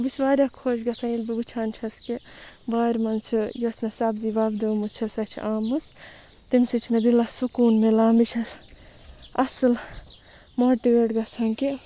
بہٕ چھَس واریاہ خۄش گَژھان ییٚلہِ بہٕ وٕچھان چھَس کہِ وارِ مَنٛز چھِ یۄس مےٚ سَبزی وۄپدٲومٕژ چھِ سۄ چھِ آمٕژ تمہِ سۭتۍ چھُ مےٚ دِلَس سکوٗن مِلان بہٕ چھَس اَصل موٹِویٹ گَژھان کہِ